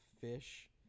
fish